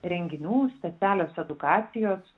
renginių specialios edukacijos